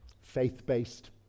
faith-based